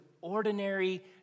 ordinary